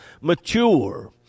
mature